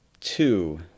two